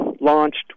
launched